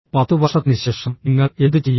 10 വർഷത്തിനുശേഷം നിങ്ങൾ എന്തുചെയ്യും